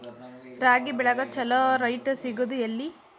ರಾಗಿ ಬೆಳೆಗೆ ಛಲೋ ರೇಟ್ ಸಿಗುದ ಎಲ್ಲಿ?